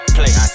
Play